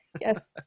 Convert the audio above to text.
Yes